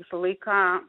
visą laiką